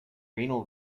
renal